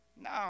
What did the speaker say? No